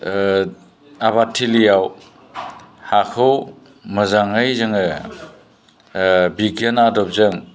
आबाद थिलियाव हाखौ मोजाङै जोङो बिगियान आदबजों